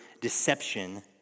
deception